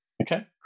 Okay